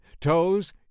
Toes